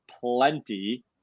plenty